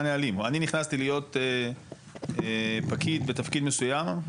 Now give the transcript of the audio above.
אני נכנסתי להיות פקיד בתפקיד מסוים,